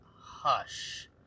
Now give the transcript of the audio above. Hush